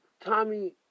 Tommy